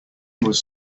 was